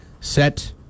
set